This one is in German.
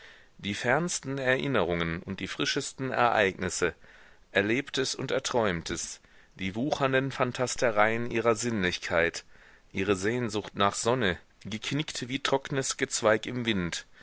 die fernsten erinnerungen und die frischesten ereignisse erlebtes und erträumtes die wuchernden phantastereien ihrer sinnlichkeit ihre sehnsucht nach sonne geknickt wie trocknes gezweig im wind